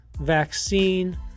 vaccine